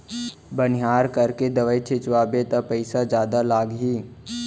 बनिहार करके दवई छिंचवाबे त पइसा जादा लागही